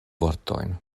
vortojn